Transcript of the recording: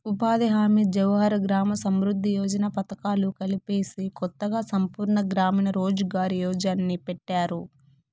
ఉపాధి హామీ జవహర్ గ్రామ సమృద్ది యోజన పథకాలు కలిపేసి కొత్తగా సంపూర్ణ గ్రామీణ రోజ్ ఘార్ యోజన్ని పెట్టినారు